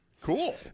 Cool